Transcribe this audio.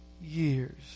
years